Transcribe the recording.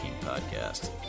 Podcast